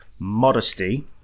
Modesty